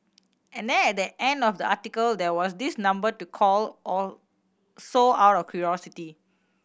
and then at the end of the article there was this number to call or so out of curiosity